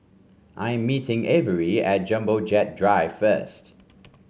I am meeting Avery at Jumbo Jet Drive first